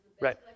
Right